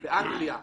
באנגליה,